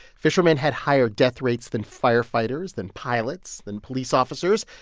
fishermen had higher death rates than firefighters, than pilots, than police officers.